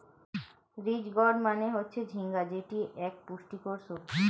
ridge gourd মানে হচ্ছে ঝিঙ্গা যেটি এক পুষ্টিকর সবজি